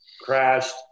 crashed